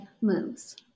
moves